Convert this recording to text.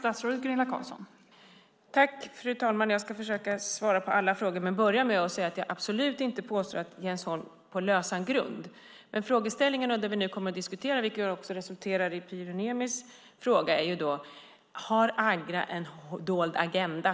Fru talman! Jag ska försöka att svara på alla frågor. Jag vill börja med att säga att jag absolut inte påstår att Jens Holm för sitt resonemang på lösa grunder. Den frågeställning som vi nu kommer att diskutera, och som också resulterat i Pyry Niemis fråga, är: Har Agra en dold agenda?